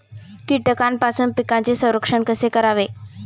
कीटकांपासून पिकांचे संरक्षण कसे करावे?